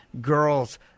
girls